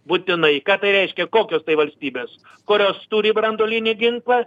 būtinai ką tai reiškia kokios tai valstybės kurios turi branduolinį ginklą